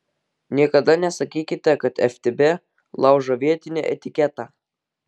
niekada nesakykite kad ftb laužo vietinį etiketą